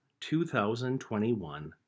2021